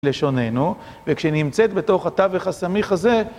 ...לשוננו, וכשנמצאת בתוך התווך הסמיך הזה